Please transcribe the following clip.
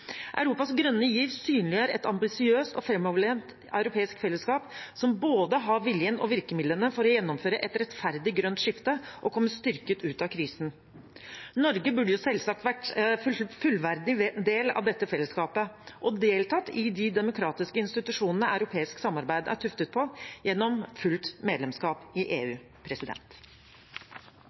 Europas grønne giv synliggjør et ambisiøst og framoverlent europeisk fellesskap som har både viljen og virkemidlene for å gjennomføre et rettferdig grønt skifte og komme styrket ut av krisen. Norge burde selvsagt vært en fullverdig del av dette fellesskapet og deltatt i de demokratiske institusjonene som europeisk samarbeid er tuftet på, gjennom fullt medlemskap i EU.